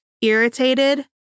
irritated